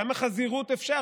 כמה חזירות אפשר,